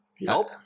Nope